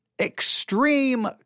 Extreme